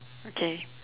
okay